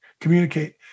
communicate